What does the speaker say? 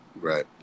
right